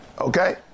Okay